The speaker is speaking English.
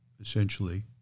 essentially